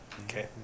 Okay